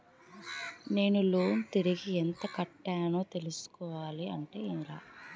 నేను లోన్ తిరిగి ఎంత కట్టానో తెలుసుకోవాలి అంటే ఎలా?